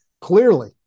Clearly